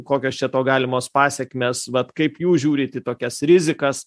kokios čia to galimos pasekmės vat kaip jūs žiūrit į tokias rizikas